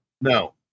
No